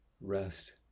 rest